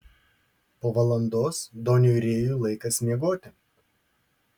po valandos doniui rėjui laikas miegoti